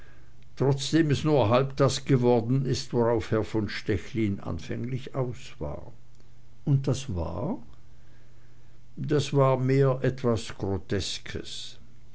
trotzdem es nur halb das geworden ist worauf herr von stechlin anfänglich aus war und das war das war mehr etwas groteskes